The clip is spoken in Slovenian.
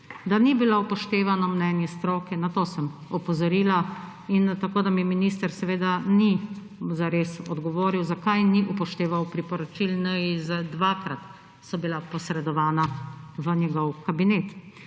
Da ni bilo upoštevano mnenje stroke, na to sem opozorila. Tako da mi minister seveda ni zares odgovoril, zakaj ni upošteval priporočil NIJZ. Dvakrat so bila posredovana v njegov kabinet.